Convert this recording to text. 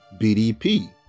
BDP